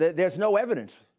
there is no evidence.